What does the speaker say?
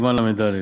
סימן ל"ד: